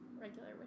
Regular